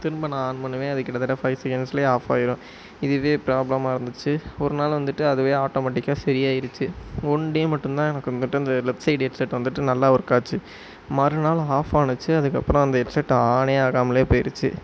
திரும்ப நான் ஆன் பண்ணுவேன் அது கிட்டத்தட்ட ஃபைவ் செகண்ட்ஸ்லேயே ஆஃப் ஆகிரும் இதுவே ப்ராப்ளமாக இருந்துச்சு ஒரு நாள் வந்துவிட்டு அதுவே ஆட்டோமேட்டிக்காக சரியாயிடுச்சி ஒன் டே மட்டும்தான் எனக்கு வந்துவிட்டு அந்த லெஃப்ட் சைடு ஹெட்செட் வந்துவிட்டு நல்லா ஒர்க் ஆச்சு மறுநாள் ஆஃப் ஆணுச்சு அதுக்கப்புறம் அந்த ஹெட்செட் ஆனே ஆகாமலேயே போயிடுச்சி